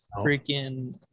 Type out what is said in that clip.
freaking